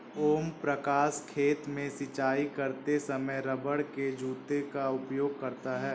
ओम प्रकाश खेत में सिंचाई करते समय रबड़ के जूते का उपयोग करता है